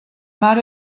mar